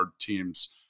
teams